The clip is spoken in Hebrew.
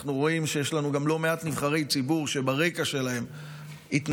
אנחנו רואים שיש לנו גם לא מעט נבחרי ציבור שברקע שלהם התנדבו,